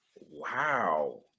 Wow